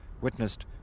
witnessed